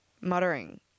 muttering